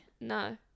No